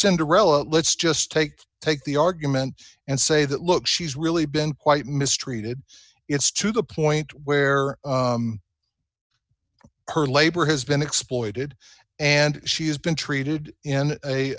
cinderella let's just take take the argument and say that look she's really been quite mistreated it's to the point where her labor has been exploited and she has been treated in